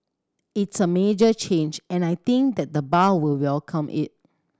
it's a major change and I think that the bar will welcome it